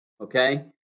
Okay